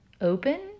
Open